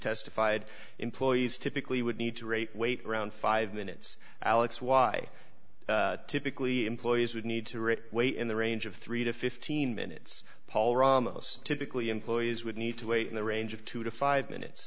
testified employees typically would need to rate wait around five minutes alex why typically employees would need to rick way in the range of three to fifteen minutes paul ramos typically employees would need to wait in the range of two to five minutes